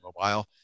mobile